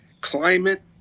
climate